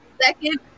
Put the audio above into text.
second